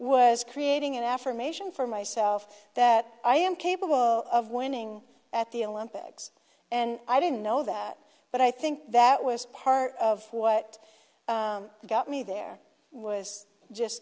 was creating an affirmation for myself that i am capable of winning at the olympics and i didn't know that but i think that was part of what got me there was just